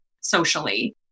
socially